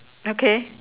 okay